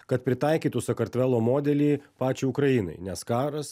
kad pritaikytų sakartvelo modelį pačiai ukrainai nes karas